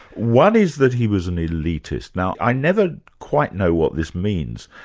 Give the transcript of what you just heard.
one is that he was an elitist. now i never quite know what this means,